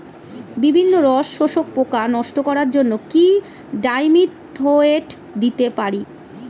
বিভিন্ন রস শোষক পোকা নষ্ট করার জন্য কি ডাইমিথোয়েট দিতে পারি?